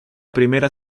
primera